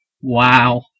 Wow